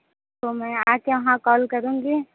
तो मैं आ कर वहाँ कॉल करूँगी